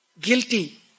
Guilty